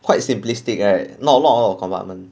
quite simplistic right not not a lot of compartment